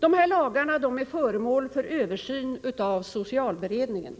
De här lagarna är föremål för en översyn av socialberedningen.